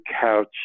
couch